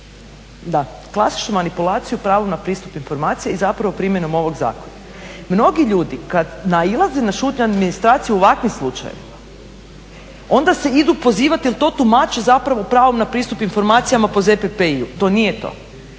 Da, klasičnu manipulaciju u pravu na pristup informacija i zapravo primjenom ovog zakona. Mnogi ljudi kad nailaze na šutnju administracije u ovakvim slučajevima, onda se idu pozivati jer to tumače zapravo pravom na pristup informacijama po ZPPI-u, to nije to.